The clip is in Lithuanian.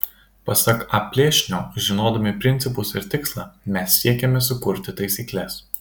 pasak a plėšnio žinodami principus ir tikslą mes siekiame sukurti taisykles